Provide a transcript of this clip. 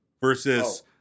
versus